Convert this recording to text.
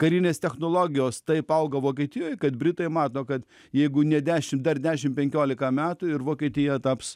karinės technologijos taip augo vokietijoj kad britai mato kad jeigu ne dešimt dar dešimt penkiolika metų ir vokietija taps